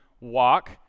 walk